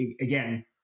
again